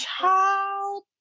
Child